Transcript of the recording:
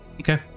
Okay